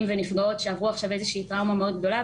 ונפגעות שעברו עכשיו איזושהי טראומה מאוד גדולה,